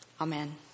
Amen